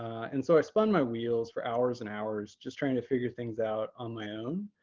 and so i spun my wheels for hours and hours just trying to figure things out on my own.